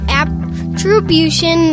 attribution